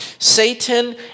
Satan